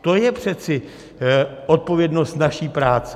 To je přece odpovědnost naší práce.